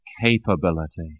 capability